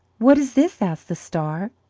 what is this? asked the star.